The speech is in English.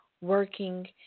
working